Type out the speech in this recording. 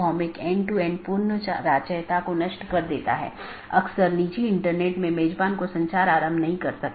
एक अन्य अवधारणा है जिसे BGP कंफेडेरशन कहा जाता है